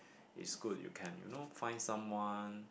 is good you can you know find someone